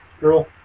girl